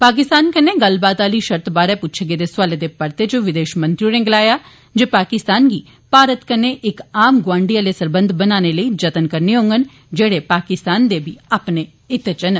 पाकिस्तान कन्नै गल्लबात आली शर्त बारै पुच्छे गेदे सवाला दे परते च वदेश मंत्री होरें गलाया जे पाकिस्तान गी भारत कन्नै इक आम गोआड़ी आले सरबंघ बनाने लेई जतन करने होंगन जेड़े पाकिस्तान दे अपने बी हित्ते च न